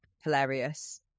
hilarious